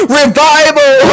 revival